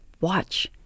watch